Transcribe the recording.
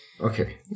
Okay